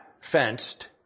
fenced